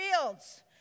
fields